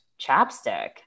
Chapstick